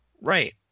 Right